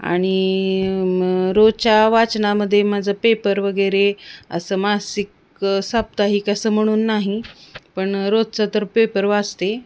आणि रोजच्या वाचनामध्ये माझं पेपर वगैरे असं मासिक साप्ताहिक असं म्हणून नाही पण रोजचं तर पेपर वाचते